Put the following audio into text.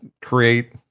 create